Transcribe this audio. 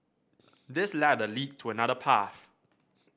this ladder leads to another path